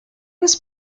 was